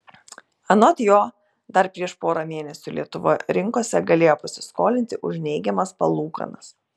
anot jo dar prieš porą mėnesių lietuva rinkose galėjo pasiskolinti už neigiamas palūkanas